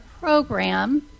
program